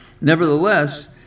Nevertheless